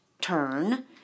turn